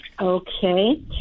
Okay